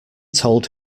told